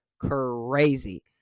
crazy